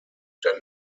der